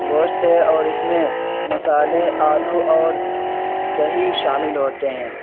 گوشت اور اس میں مسالے آلو اور دہی شامل ہوتے ہیں